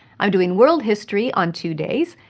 i'm doing world history on two days,